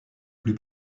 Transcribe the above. plus